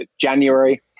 January